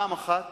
פעם אחת